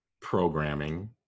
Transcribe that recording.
programming